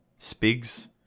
Spigs